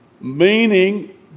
meaning